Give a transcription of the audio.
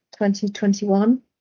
2021